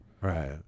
Right